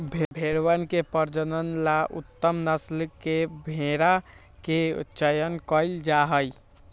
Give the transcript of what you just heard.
भेंड़वन के प्रजनन ला उत्तम नस्ल के भेंड़ा के चयन कइल जाहई